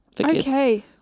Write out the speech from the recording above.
Okay